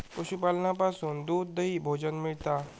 पशूपालनासून दूध, दही, भोजन मिळता